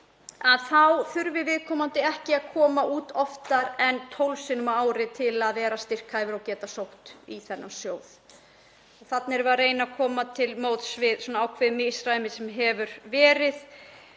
þá þurfi viðkomandi ekki að koma út oftar en 12 sinnum á ári til að vera styrkhæfur og geta sótt í þennan sjóð. Þarna erum við að reyna að koma til móts við ákveðið misræmi sem hefur verið